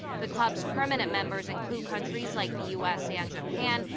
the club's permanent members include countries like the u s. and japan.